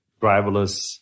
driverless